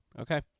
Okay